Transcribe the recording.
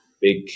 big